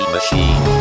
Machine